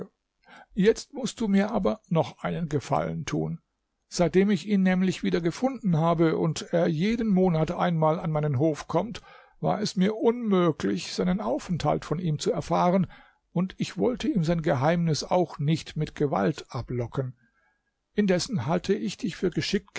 jetzt mußt du mir aber noch einen gefallen tun seitdem ich ihn nämlich wieder gefunden habe und er jeden monat einmal an meinen hof kommt war es mir unmöglich seinen aufenthalt von ihm zu erfahren und ich wollte ihm sein geheimnis auch nicht mit gewalt ablocken indessen halte ich dich für geschickt